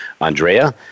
Andrea